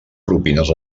propines